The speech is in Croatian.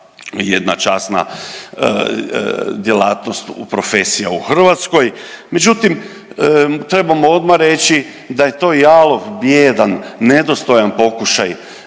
jedna časna djelatnost, profesija u Hrvatskoj. Međutim, Trebamo odmah reći da je to jalov, bijedan, nedostojan pokušaj